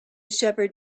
shepherd